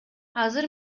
азыр